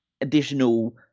additional